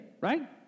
Right